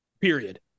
Period